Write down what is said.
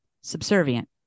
subservient